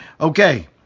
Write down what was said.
Okay